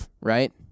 right